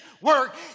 work